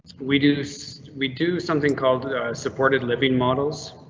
we do so we do something called supported living models.